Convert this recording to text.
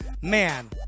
Man